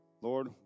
Lord